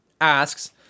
asks